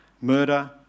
Murder